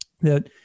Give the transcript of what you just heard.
that-